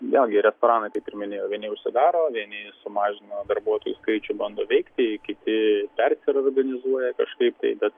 vėlgi restoranai kaip ir minėjau vieni užsidaro vieni sumažino darbuotojų skaičių bando veikti kiti persiorganizuoja kažkaip tai bet